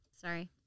sorry